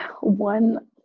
one